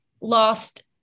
lost